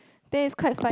then it's quite fun